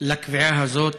לקביעה הזאת